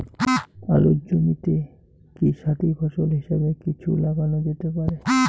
আলুর জমিতে কি সাথি ফসল হিসাবে কিছু লাগানো যেতে পারে?